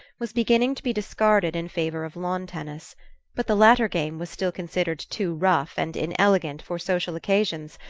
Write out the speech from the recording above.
was beginning to be discarded in favour of lawn-tennis but the latter game was still considered too rough and inelegant for social occasions,